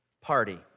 party